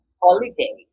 holiday